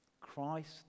Christ